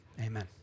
Amen